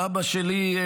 אבא שלי,